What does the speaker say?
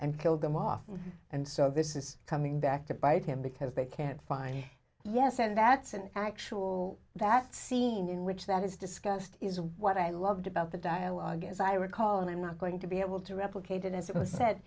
and kill them off and so this is coming back to bite him because they can't find yes and that's an actual that scene in which that is discussed is what i loved about the dialogue as i recall and i'm not going to be able to replicate it as it was said